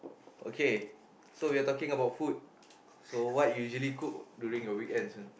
okay so we are talking about food so what you usually cook during your weekends one